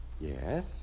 Yes